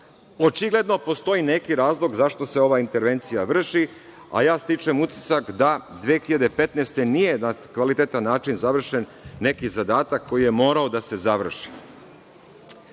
Očigledno postoji neki razlog zašto se ova intervencija vrši, a ja stičem utisak da 2015. godine nije na kvalitetan način završen neki zadatak koji je morao da se završi.Za